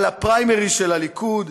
על הפריימריז של הליכוד,